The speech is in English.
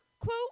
quote